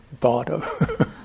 bardo